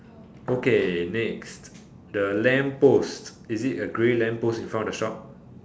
okay next the lamppost is it a green lamppost in front of the shop